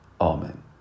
Amen